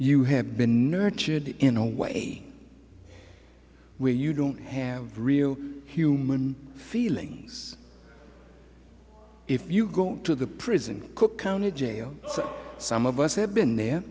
you have been nurtured in a way where you don't have real human feelings if you go to the prison cook county jail so some of us have been there